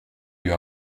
lieu